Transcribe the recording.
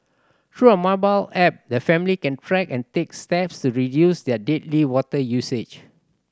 through a mobile app the family can track and take steps to reduce their daily water usage